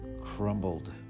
crumbled